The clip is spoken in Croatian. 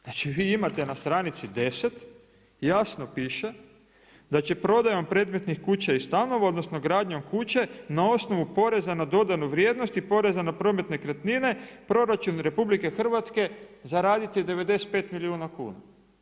Znači, vi imate na stranici 10, jasno piše da će prodajom predmetnih kuća i stanova, odnosno gradnjom kuće na osnovu poreza na dodanu vrijednost i poreza na promet nekretnine proračun RH zaraditi 95 milijuna kuna.